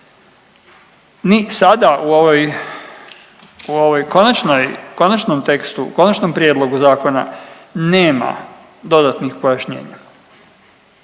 Ni sada u ovom konačnom tekstu, konačnom prijedlogu zakona nema dodatnih pojašnjenja.